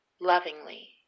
lovingly